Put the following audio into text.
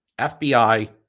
FBI